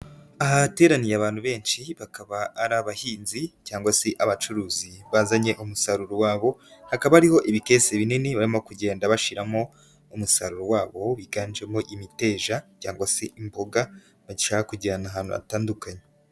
Aha hateraniye abantu benshi bakaba ari abahinzi cyangwa se abacuruzi bazanye umusaruro wabo, hakaba ariho ibikese binini barimo kugenda bashyiramo umusaruro wabo, wiganjemo imiteja cyangwa se imboga bagishaka kujyana ahantu hatandukanye.